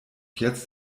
jetzt